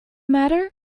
matter